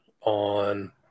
on